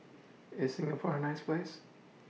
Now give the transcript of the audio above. IS Singapore A nice Place